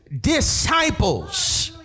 disciples